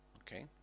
Okay